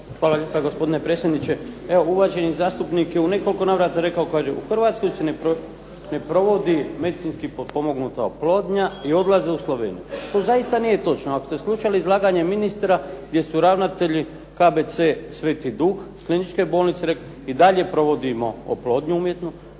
Hvala lijepa, gospodine predsjedniče. Evo uvaženi zastupnik je u nekoliko navrata rekao, kaže: u Hrvatskoj se ne provodi medicinski potpomognuta oplodnja i odlaze u Sloveniju. To zaista nije točno. Ako ste slušali izlaganje ministra gdje su ravnatelji KBC Sveti Duh, kliničke bolnice, rekli i dalje provodimo oplodnju umjetnu.